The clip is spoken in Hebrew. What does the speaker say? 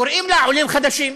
קוראים לה עולים חדשים.